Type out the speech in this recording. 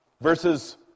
verses